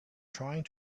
trying